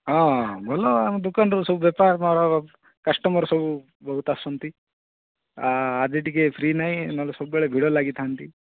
ହଁ ଭଲ ଆମ ଦୋକାନର ସବୁ ଭଲ କଷ୍ଟମର୍ ସବୁ ବହୁତ ଆସନ୍ତି ଆଜି ଟିକେ ଫ୍ରି ନାଇଁ ନହେଲେ ସବୁବେଳେ ଭିଡ଼ ଲାଗିଥାନ୍ତି